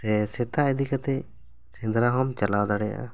ᱥᱮ ᱥᱮᱛᱟ ᱤᱫᱤ ᱠᱟᱛᱮ ᱥᱮᱸᱫᱽᱨᱟ ᱦᱚᱢ ᱪᱟᱞᱟᱣ ᱫᱟᱲᱮᱭᱟᱜᱼᱟ